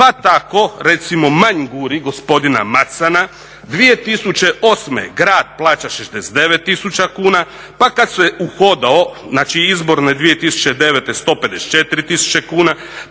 Pa tako recimo Manjguri gospodina Macana 2008. grad plaća 69 tisuća kuna, pa kada se uhodao, znači izborne 2009. 154 tisuće kuna,